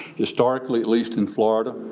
historically, at least in florida,